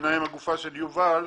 ביניהן הגופה של יובל,